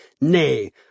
Nay